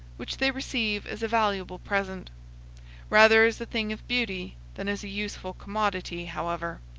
which they receive as a valuable present rather as a thing of beauty than as a useful commodity, however.